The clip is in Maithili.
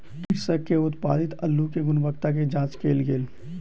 कृषक के उत्पादित अल्लु के गुणवत्ता के जांच कएल गेल